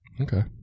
okay